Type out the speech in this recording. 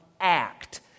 act